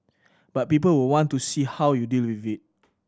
but people will want to see how you deal with it